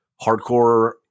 hardcore